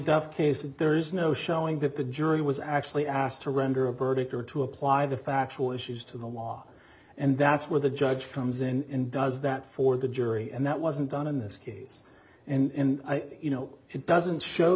duff case and there is no showing that the jury was actually asked to render a verdict or to apply the factual issues to the law and that's where the judge comes in does that for the jury and that wasn't done in this case and you know it doesn't show